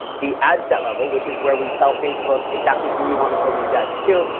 the ad set level which is where we tell facebook exactly who we want to show these ads to.